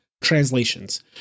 translations